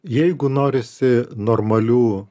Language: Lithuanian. jeigu norisi normalių